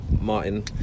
Martin